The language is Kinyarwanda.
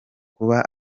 kuba